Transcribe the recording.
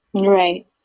right